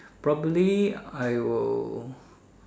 probably I will